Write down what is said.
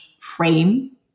frame